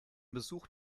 besuch